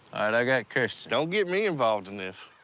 i got christian. don't get me involved in this.